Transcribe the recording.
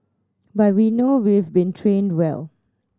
but we know we've been trained well